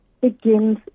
begins